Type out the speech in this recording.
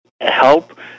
help